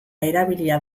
erabilia